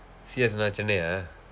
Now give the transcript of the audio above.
C_S என்ன:enna chennai ah